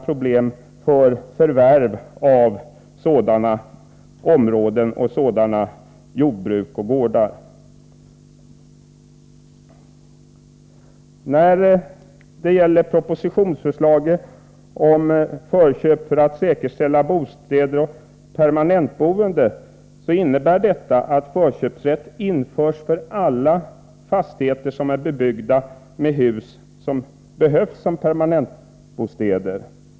Det finns redan många problem när det gäller förvärv av områden, jordbruk och gårdar av det slag som jag här nämnt.